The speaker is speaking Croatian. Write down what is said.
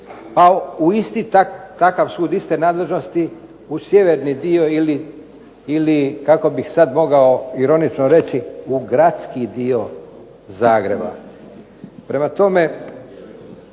a u isti takav sud iste nadležnosti u sjeverni dio ili kako bih sad mogao ironično reći, u gradski dio Zagreba. Prema tome,